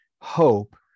hope